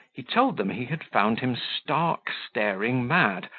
he told them he had found him stark staring mad,